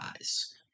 eyes